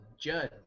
Judge